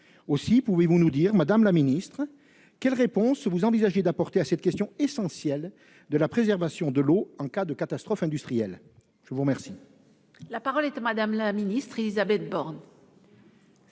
Pouvez-vous nous dire, madame la ministre, quelle réponse vous envisagez d'apporter à cette question essentielle de la préservation de l'eau en cas de catastrophe industrielle ? La parole est à Mme la ministre. Je veux vous